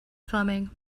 fleming